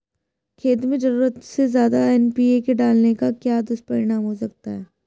खेत में ज़रूरत से ज्यादा एन.पी.के डालने का क्या दुष्परिणाम हो सकता है?